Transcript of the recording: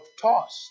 tossed